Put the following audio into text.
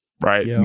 right